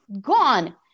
gone